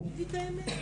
תגידי את האמת.